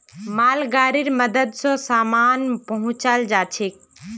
मालगाड़ीर मदद स सामान पहुचाल जाछेक